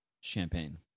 Champagne